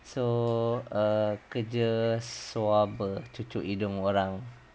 so err kerja swabber cucuk hidung orang